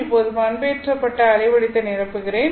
இப்போது பண்பேற்றப்பட்ட அலைவடிவத்தை நிரப்புகிறேன்